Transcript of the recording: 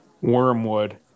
Wormwood